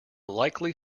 likely